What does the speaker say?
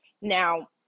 Now